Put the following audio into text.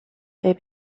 they